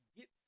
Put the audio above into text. Get